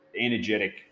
energetic